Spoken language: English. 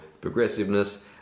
progressiveness